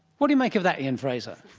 what do you make of that, ian fraser?